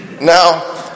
now